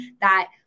that-